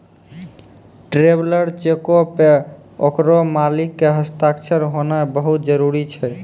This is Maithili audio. ट्रैवलर चेको पे ओकरो मालिक के हस्ताक्षर होनाय बहुते जरुरी छै